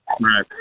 Right